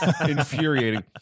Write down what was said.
infuriating